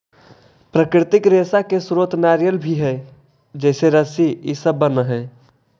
प्राकृतिक रेशा के स्रोत नारियल भी हई जेसे रस्सी इ सब बनऽ हई